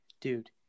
dude